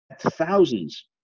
thousands